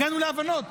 הגענו להבנות.